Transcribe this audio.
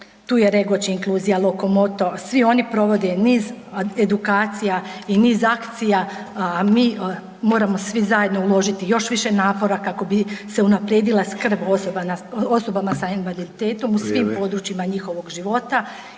tu je Regoč inkluzija, Lokomoto, svi oni provode niz edukacija i niz akcija, mi moramo svi zajedno uložiti još više napora kako bi se unaprijedila skrb osobama sa invaliditetom u svim područjima njihovog života